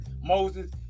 moses